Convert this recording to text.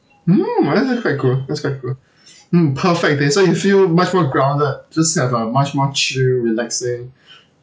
mm that~ that's quite cool that's quite cool mm perfect day so you feel much more grounded just have a much more chill relaxing